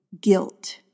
guilt